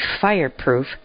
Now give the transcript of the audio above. Fireproof